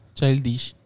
Childish